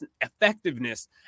effectiveness